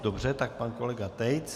Dobře, pan kolega Tejc.